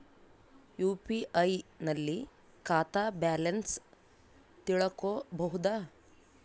UPI ನಲ್ಲಿ ಖಾತಾ balance ತಿಳಕೊ ಬಹುದಾ?